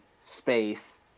space